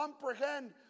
comprehend